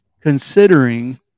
considering